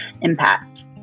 impact